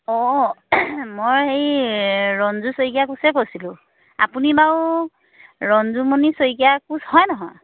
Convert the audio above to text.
অঁ মই হেৰি ৰঞ্জু শইকীয়া কোঁচে কৈছিলোঁ আপুনি বাৰু ৰঞ্জুমণি শইকীয়া কোঁচ হয় নহয়